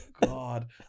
God